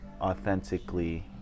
authentically